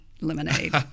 lemonade